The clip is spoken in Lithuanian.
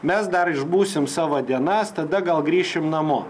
mes dar išbūsim savo dienas tada gal grįšim namo